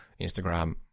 Instagram